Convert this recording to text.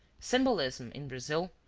symbolism, in brazil,